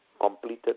completed